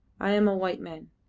i am a white man.